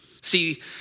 See